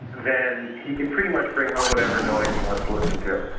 then he can pretty much bring home whatever noise he wants to listen to.